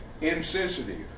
insensitive